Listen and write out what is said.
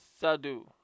Sadu